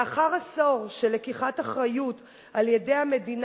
לאחר עשור של לקיחת אחריות על-ידי המדינה,